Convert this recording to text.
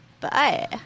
Bye